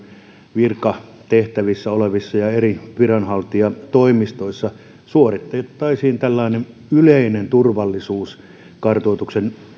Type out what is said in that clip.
virkatehtävissä olevien ja eri viranhaltijatoimistojen turvallisuudesta suoritettaisiin tällainen yleinen turvallisuuskartoitus